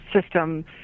system